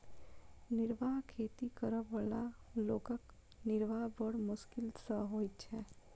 निर्वाह खेती करअ बला लोकक निर्वाह बड़ मोश्किल सॅ होइत छै